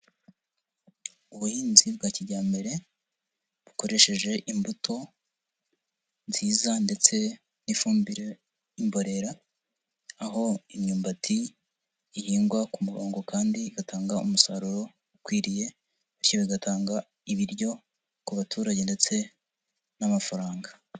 Ubuhinzi bwa kijyambere bukoresheje imbuto nziza ndetse n'ifumbire y'imborera; aho imyumbati ihingwa ku murongo kandi igatanga umusaruro ukwiriye, bityo bigatanga ibiryo ku baturage ndetse n'amafaranga.